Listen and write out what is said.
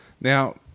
Now